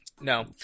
No